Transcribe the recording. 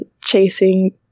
chasing